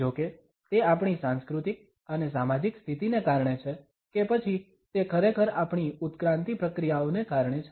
જોકે તે આપણી સાંસ્કૃતિક અને સામાજિક સ્થિતિને કારણે છે કે પછી તે ખરેખર આપણી ઉત્ક્રાંતિ પ્રક્રિયાઓને કારણે છે